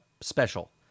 special